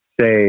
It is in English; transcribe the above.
say